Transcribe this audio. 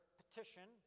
petition